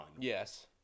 Yes